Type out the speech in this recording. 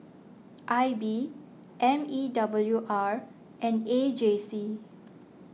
I B M E W R and A J C